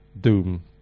doom